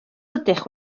ydych